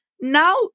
now